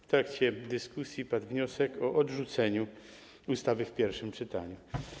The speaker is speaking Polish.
W trakcie dyskusji padł wniosek o odrzucenie ustawy w pierwszym czytaniu.